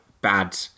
bad